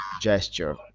gesture